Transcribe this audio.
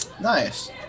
Nice